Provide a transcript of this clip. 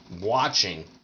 watching